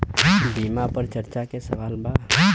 बीमा पर चर्चा के सवाल बा?